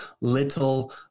little